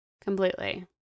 Completely